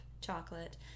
Chocolate